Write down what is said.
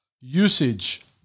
usage